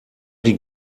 die